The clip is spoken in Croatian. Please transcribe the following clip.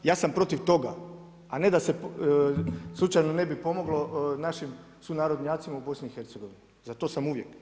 Ja sam protiv toga, a ne da se slučajno ne bi pomoglo našim sunarodnjacima u BiH, za to sam uvijek.